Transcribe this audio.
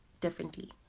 differently